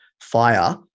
FIRE